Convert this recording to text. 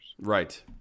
Right